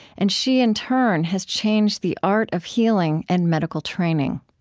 and she in turn has changed the art of healing and medical training.